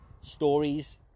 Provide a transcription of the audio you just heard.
stories